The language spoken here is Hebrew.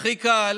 הכי קל